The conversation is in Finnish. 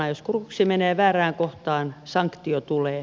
jos kruksi menee väärään kohtaan sanktio tulee